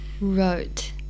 wrote